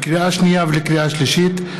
לקריאה שנייה ולקריאה שלישית,